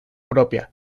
propia